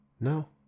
no